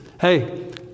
hey